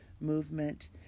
movement